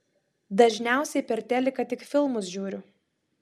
dažniausiai per teliką tik filmus žiūriu